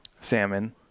salmon